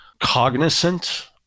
cognizant